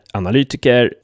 analytiker